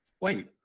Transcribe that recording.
wait